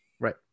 Right